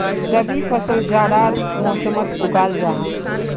रबी फसल जाड़ार मौसमोट उगाल जाहा